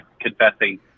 confessing